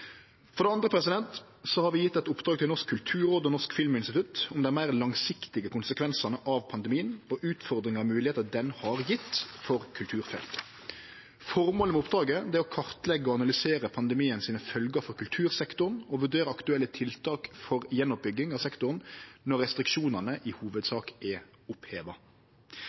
For det andre har vi gjeve eit oppdrag til Norsk kulturråd og Norsk filminstitutt om dei meir langsiktige konsekvensane av pandemien og utfordringar og moglegheiter pandemien har gjeve for kulturfeltet. Formålet med oppdraget er å kartleggje og analysere følgjene pandemien har for kultursektoren, og vurdere aktuelle tiltak for å byggje opp sektoren igjen når restriksjonane i hovudsak er oppheva.